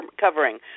covering